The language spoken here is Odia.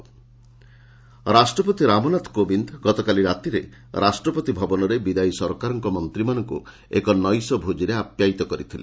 ପ୍ରେକ୍ ଡିନର ରାଷ୍ଟ୍ରପତି ରାମନାଥ କୋବିନ୍ଦ ଗତକାଲି ରାତିରେ ରାଷ୍ଟ୍ରପତି ଭବନରେ ବିଦାୟୀ ସରକାରଙ୍କର ମନ୍ତ୍ରୀମାନଙ୍କୁ ଏକ ନୈଶ ଭୋଜିରେ ଆପ୍ୟାୟିତ କରିଥିଲେ